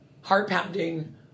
heart-pounding